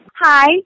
Hi